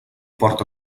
porta